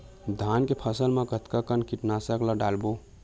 धान के फसल मा कतका कन कीटनाशक ला डलबो?